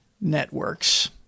networks